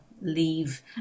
leave